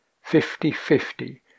Fifty-fifty